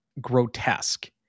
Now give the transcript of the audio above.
grotesque